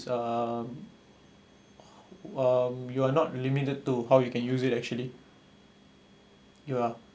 um um you are not limited to how you can use it actually ya